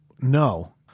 no